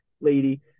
lady